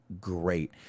great